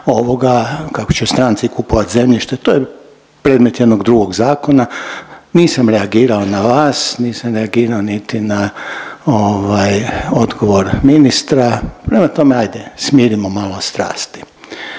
kako će stranci kupovati zemljište, to je predmet jednog drugog zakona. Nisam reagirao na vas, nisam reagirao niti na odgovor ministra, prema tome ajde smirimo malo strasti.